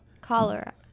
Cholera